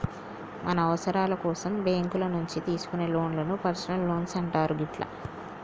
మన అవసరాల కోసం బ్యేంకుల నుంచి తీసుకునే లోన్లను పర్సనల్ లోన్లు అంటారు గిట్లా